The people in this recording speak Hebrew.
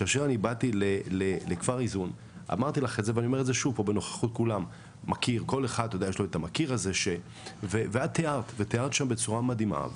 ואני בן קיבוץ וכל הקיבוץ שלי הולך למסיבות טבע.